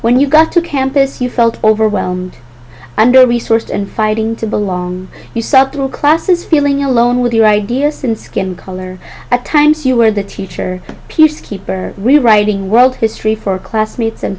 when you got to campus you felt overwhelmed under resourced and fighting to belong you subtle classes feeling alone with your ideas and skin color at times you were the teacher peacekeeper rewriting world history for classmates and